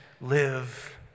live